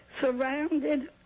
surrounded